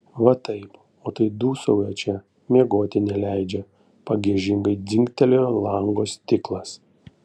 va taip o tai dūsauja čia miegoti neleidžia pagiežingai dzingtelėjo lango stiklas